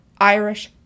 Irish